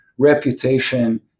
reputation